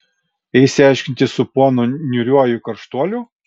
eisi aiškintis su ponu niūriuoju karštuoliu